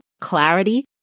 clarity